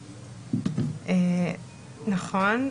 נכון.